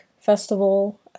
Festival